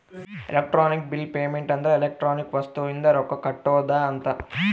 electronic bill payment ಅಂದ್ರ electronic ವಸ್ತು ಇಂದ ರೊಕ್ಕ ಕಟ್ಟೋದ ಅಂತ